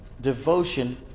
devotion